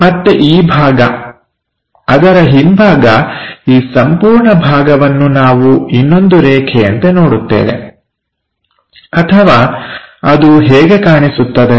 ಮತ್ತೆ ಈ ಭಾಗ ಅದರ ಹಿಂಭಾಗ ಈ ಸಂಪೂರ್ಣ ಭಾಗವನ್ನು ನಾವು ಇನ್ನೊಂದು ರೇಖೆಯಂತೆ ನೋಡುತ್ತೇವೆ ಅಥವಾ ಅದು ಹೇಗೆ ಕಾಣಿಸುತ್ತದೆ